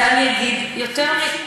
ואני אגיד יותר מזה.